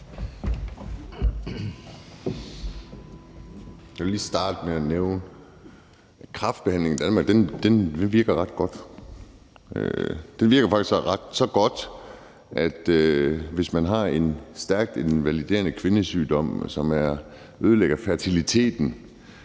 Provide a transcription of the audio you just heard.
Jeg vil lige starte med at nævne, at kræftbehandlingen i Danmark virker ret godt. Den virker faktisk så godt, at hvis man har en stærkt invaliderende kvindesygdom, som ødelægger fertiliteten,